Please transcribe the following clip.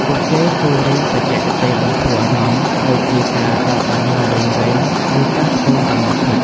ពួកគេគួររៀនបច្ចេកទេសបន្ធូរអារម្មណ៍ ដូចជាការដកដង្ហើមវែងៗ ឬការធ្វើសមាធិ។